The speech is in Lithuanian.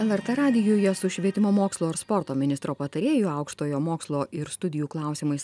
lrt radijuje su švietimo mokslo ir sporto ministro patarėju aukštojo mokslo ir studijų klausimais